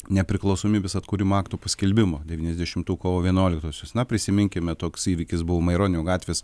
nepriklausomybės atkūrimo akto paskelbimo devyniasdešimtų kovo vienuoliktosios na prisiminkime toks įvykis buvo maironio gatvės